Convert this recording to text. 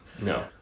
No